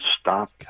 stop